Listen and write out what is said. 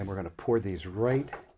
and we're going to pour these right